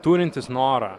turintis norą